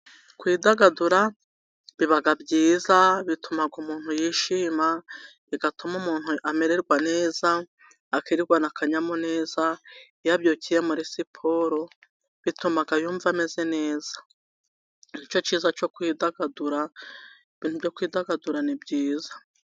Kwidagadura biba byiza bituma umuntu yishima, bituma umuntu amererwa neza, akirirwana akanyamuneza iyo yabyukiye muri siporo, bituma yumva ameze neza ni icyo cyiza cyo kwidagadura, ibyo kwidagadura ni byiza.